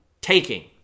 taking